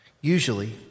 Usually